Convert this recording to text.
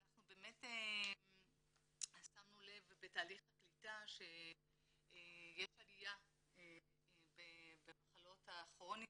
אנחנו שמנו לב בתהליך הקליטה שיש עליה במחלות הכרוניות,